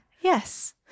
Yes